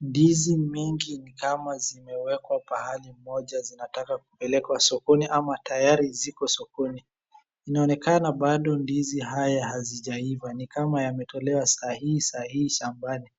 Ndizi mingi ni kama zimewekwa pahali moja zinataka kupelekwa sokoni ama tayari ziko sokoni. Inaonekana bado ndizi haya hazijaiva. Ni kama yametolewa saa hii saa hii shambani.